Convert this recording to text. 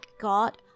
God